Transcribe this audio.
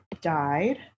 died